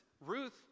Ruth